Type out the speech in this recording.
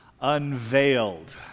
Unveiled